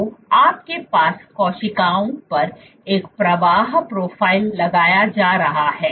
तो आपके पास कोशिकाओं पर एक प्रवाह प्रोफ़ाइल लगाया जा रहा है